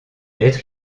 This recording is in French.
lettres